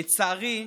לצערי,